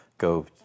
go